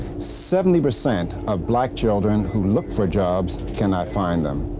seventy percent of black children who look for jobs cannot find them.